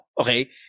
okay